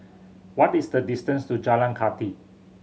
what is the distance to Jalan Kathi